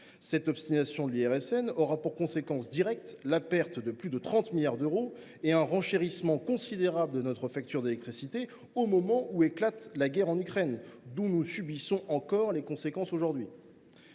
Cette obstination de l’IRSN aura pour conséquence directe la perte de plus de 30 milliards d’euros et un renchérissement considérable de notre facture d’électricité au moment où éclate la guerre en Ukraine, dont nous subissons encore les conséquences.